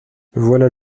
voilà